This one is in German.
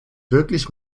wirklich